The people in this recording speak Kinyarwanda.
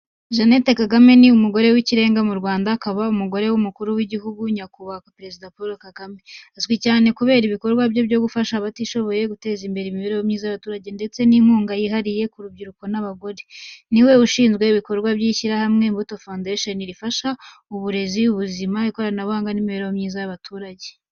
Jeanette Kagame ni umugore w’ikirenga mu Rwanda, akaba ari umugore w’Umukuru w’Igihugu, Nyakubahwa Perezida Paul Kagame. Azwi cyane kubera ibikorwa bye byo gufasha abatishoboye, guteza imbere imibereho myiza y’abaturage, ndetse n’inkunga yihariye ku rubyiruko n’abagore. Ni we ushinzwe ibikorwa by’ishyirahamwe “Imbuto Foundation”, rifasha mu burezi, ubuzima, ikoranabuhanga n’imibereho myiza y’abaturage.